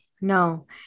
no